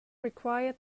required